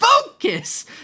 Focus